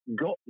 got